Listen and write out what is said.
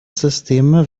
systeme